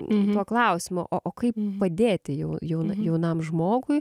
tuo klausimu o o kaip padėti jau jaunai jaunam žmogui